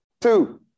two